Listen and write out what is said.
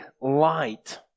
light